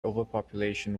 overpopulation